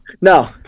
No